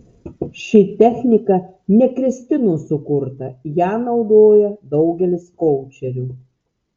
ši technika ne kristinos sukruta ją naudoja daugelis koučerių